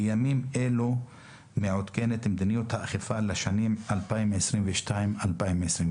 בימים אלה מעודכנת מדיניות האכיפה לשנים 2022 2023."